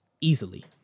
easily